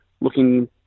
looking